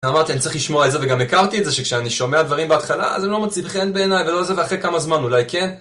ואמרתי אני צריך לשמור על זה וגם הכרתי את זה שכשאני שומע את הדברים בהתחלה אז הם לא מוצאים חן בעיניי ולא זה, ואחרי כמה זמן אולי כן